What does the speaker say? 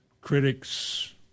critics